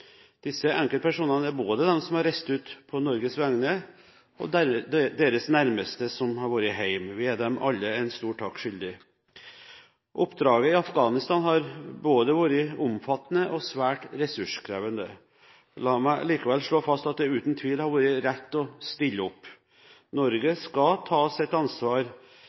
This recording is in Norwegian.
Disse enkeltpersonene er både de som har reist ut på Norges vegne, og deres nærmeste, som har vært hjemme. Vi er dem alle en stor takk skyldig. Oppdraget i Afghanistan har vært både omfattende og svært ressurskrevende. La meg likevel slå fast at det uten tvil har vært rett å stille opp. Norge skal ta sitt ansvar